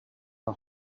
how